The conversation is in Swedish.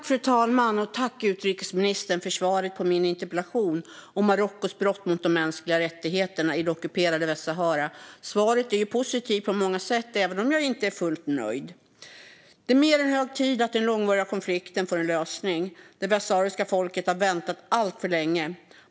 Fru talman! Tack, utrikesministern, för svaret på min interpellation om Marockos brott mot de mänskliga rättigheterna i det ockuperade Västsahara. Svaret är på många sätt positivt, även om jag inte är fullt nöjd. Det är mer än hög tid att den långvariga konflikten får en lösning. Det västsahariska folket har väntat alltför länge.